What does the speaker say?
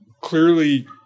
clearly